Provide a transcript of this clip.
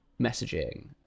messaging